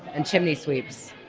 and chimney sweeps.